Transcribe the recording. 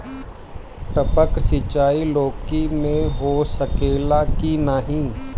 टपक सिंचाई लौकी में हो सकेला की नाही?